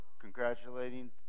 congratulating